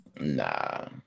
Nah